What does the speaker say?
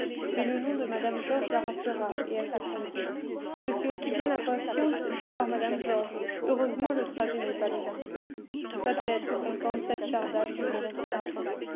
mais le nom de mme georges la rassura et elle répondit je suis aussi bien impatiente de voir mme georges heureusement le trajet n'est pas long va-t-elle être contente cette chère dame dit mme séraphin